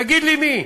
תגיד לי מי.